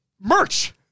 Merch